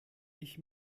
ich